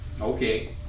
Okay